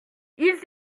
ils